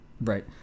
Right